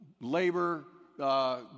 labor